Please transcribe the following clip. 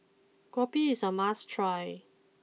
Kopi is a must try